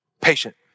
patient